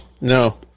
No